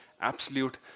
absolute